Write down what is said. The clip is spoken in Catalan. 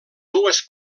dues